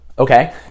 Okay